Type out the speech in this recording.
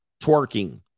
twerking